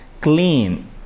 clean